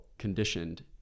conditioned